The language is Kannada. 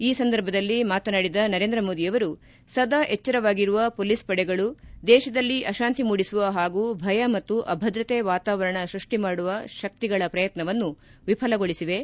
ಈ ಸಂದರ್ಭದಲ್ಲಿ ಮಾತನಾಡಿದ ನರೇಂದ್ರ ಮೋದಿ ಅವರು ಸದಾ ಎಚ್ಚರವಾಗಿರುವ ಪೊಲೀಸ್ ಪಡೆಗಳು ದೇಶದಲ್ಲಿ ಅಶಾಂತಿ ಮೂಡಿಸುವ ಹಾಗೂ ಭಯ ಮತ್ತು ಅಭದ್ರತೆ ವಾತಾವರಣ ಸೃಷ್ಟಿ ಮಾಡುವ ಶಕ್ತಿಗಳ ಶ್ರಯತ್ನವನ್ನು ವಿಫಲಗೊಳಿಸಿವೆ